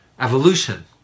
evolution